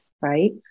Right